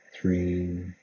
three